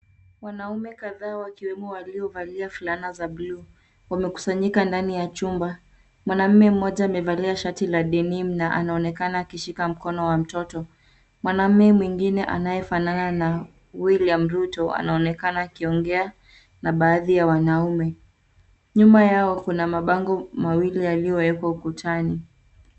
Wanaume kadha wakiwemo waliovalia fulana za bluu wamekusanyika ndani ya chumba. Mwanaume mmoja amevalia shati la denim na anaonekana akishika mkono wa mtoto. Mwanaume mwingine anayefanana na William Ruto anaonekana akiongea na baadhi ya wanaume nyuma yao. Kuna mabango mawili yaliyowekwa ukutani.